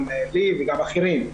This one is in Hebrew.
גם --- וגם אחרים,